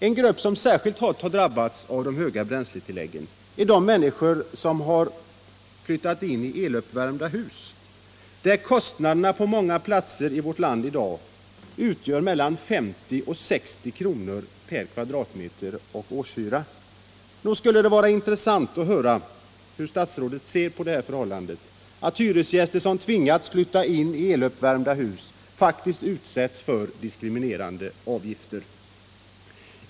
En grupp som särskilt hårt har drabbats av de höga bränsletilläggen är de människor som har flyttat in i eluppvärmda hus, där kostnaderna på många platser i vårt land i dag utgör mellan 50 och 60 kr. per kvadratmeter och årshyra. Nog skulle det vara intressant att höra hur statsrådet ser på det förhållandet, att hyresgäster som tvingas att flytta in i eluppvärmda hus faktiskt utsätts för diskriminerande avgifter.